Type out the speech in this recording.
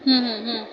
ହୁଁ ହୁଁ ହୁଁ